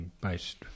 based